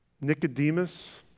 Nicodemus